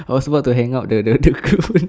I was about to hang up the the the equipment